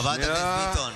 חברת הכנסת ביטון.